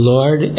Lord